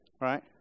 right